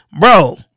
bro